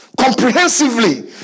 comprehensively